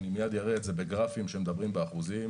אני מייד אראה את זה בגרפים שמדברים באחוזים.